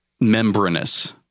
membranous